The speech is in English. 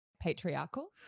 patriarchal